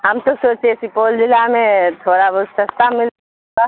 ہم تو سوچے سپول ضلع میں تھوڑا بہت سستا ملتا